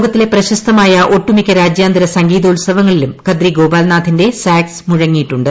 ലോകത്തിലെ പ്രശസ്തമായ ഒട്ടുമിക്ക രാജ്യാന്തര സംഗീതോൽസവങ്ങളിലും കദ്രി ഗോപാൽനാഥിന്റെ സാക്സ് മുഴങ്ങിയിട്ടുണ്ട്